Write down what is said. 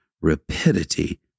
rapidity